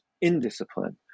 indiscipline